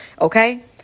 okay